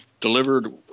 delivered